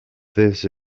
this